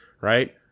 Right